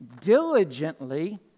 diligently